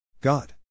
God